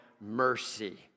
mercy